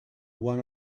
one